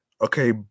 okay